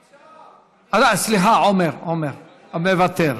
סליחה, עמר מוותר.